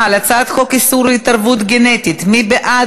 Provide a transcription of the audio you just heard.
נו, מה?